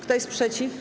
Kto jest przeciw?